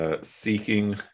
Seeking